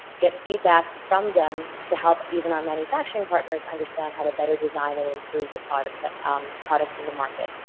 get feedback from them to help even our manufacturing partners understand how to better design and improve the products ah um thatoproducts in the market.